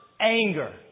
anger